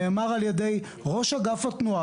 נאמר על ידי ראש אגף התנועה